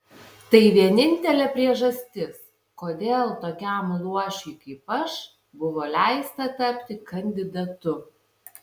tai vienintelė priežastis kodėl tokiam luošiui kaip aš buvo leista tapti kandidatu